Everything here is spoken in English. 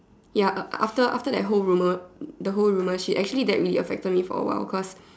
ya uh after after that whole rumor the whole rumor shit actually that really affected me for a while cause